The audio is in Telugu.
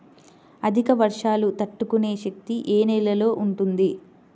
అధిక వర్షాలు తట్టుకునే శక్తి ఏ నేలలో ఉంటుంది?